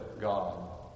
God